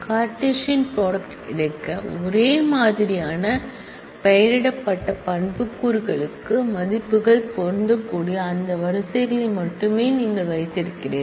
Cartesian product எடுக்க ஒரே மாதிரியான பெயரிடப்பட்ட ஆட்ரிபூட்ஸ் களுக்கு மதிப்புகள் பொருந்தக்கூடிய அந்த ரோகளை மட்டுமே நீங்கள் வைத்திருக்கிறீர்கள்